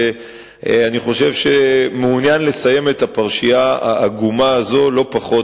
ואני חושב שהוא מעוניין לסיים את הפרשייה העגומה הזו לא פחות,